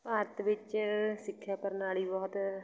ਭਾਰਤ ਵਿੱਚ ਸਿੱਖਿਆ ਪ੍ਰਣਾਲੀ ਬਹੁਤ